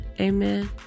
amen